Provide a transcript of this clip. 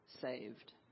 saved